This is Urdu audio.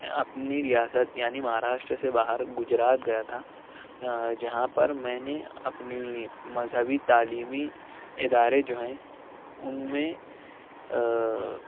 اپنی ریاست یعنی مہاراشٹر سے باہرگجرات گیا تھا جہاں پر میں نے اپنی مذہبی تعلیمی ادارے جو ہیں ان میں